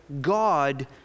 God